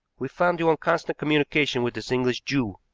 we found you in constant communication with this english jew,